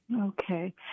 Okay